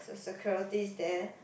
so security is there